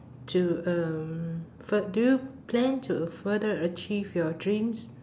to um fur~ do you plan to further achieve your dreams